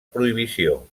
prohibició